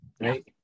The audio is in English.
right